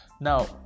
Now